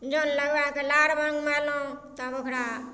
जन लगबाए कऽ लार मंगबेलहुॅं तब ओकरा